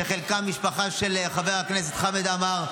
שחלקם מהמשפחה של חבר הכנסת חמד עמאר,